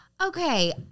Okay